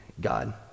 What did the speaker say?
God